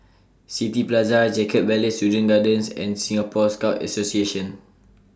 City Plaza Jacob Ballas Children's Gardens and Singapore Scout Association